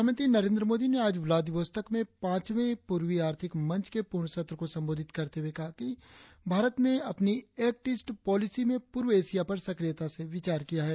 प्रधानमंत्री नरेंद्र मोदी ने आज व्लादिवोस्तोक में पांचवे पूर्वी आर्थिक मंच के पूर्ण सत्र को संबोधित करते हुए कहा कि भारत ने अपनी एक्ट ईस्ट पोलिसी में पूर्व एशिया पर सक्रियता से विचार किया है